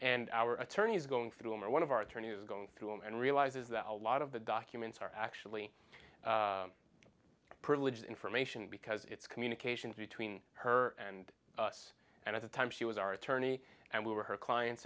and our attorneys going through him or one of our attorneys going through and realizes that a lot of the documents are actually privileged information because it's communications between her and us and at the time she was our attorney and we were her clients